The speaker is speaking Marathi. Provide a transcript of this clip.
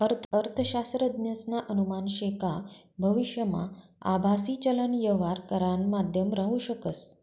अर्थशास्त्रज्ञसना अनुमान शे का भविष्यमा आभासी चलन यवहार करानं माध्यम राहू शकस